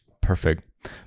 perfect